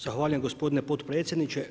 Zahvaljujem gospodine potpredsjedniče.